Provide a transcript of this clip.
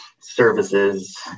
services